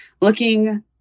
looking